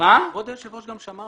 כבוד היושב ראש גם שמע